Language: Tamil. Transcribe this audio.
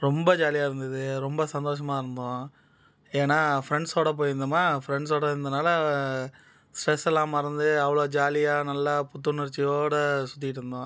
ரொம்ப ஜாலியாக இருந்தது ரொம்ப சந்தோஷமாக இருந்தோம் ஏன்னா ஃப்ரெண்ட்ஸோடு போயிருந்தோமா ஃப்ரெண்ட்ஸோட இருந்தனால் ஸ்ட்ரெஸ்ஸலாம் மறந்து அவ்வளோ ஜாலியாக நல்லா புத்துணர்ச்சியோடு சுற்றிட்டு இருந்தோம்